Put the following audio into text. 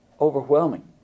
overwhelming